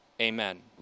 amen